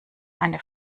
eine